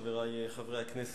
חברי חברי הכנסת,